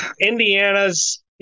Indiana's